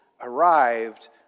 arrived